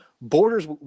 Borders